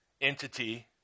entity